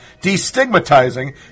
destigmatizing